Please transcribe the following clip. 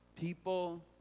People